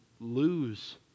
lose